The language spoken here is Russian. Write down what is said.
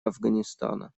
афганистана